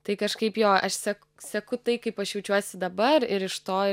tai kažkaip jo aš sek seku tai kaip aš jaučiuosi dabar ir iš to